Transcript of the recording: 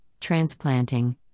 transplanting